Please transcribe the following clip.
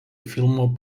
filmo